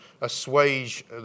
assuage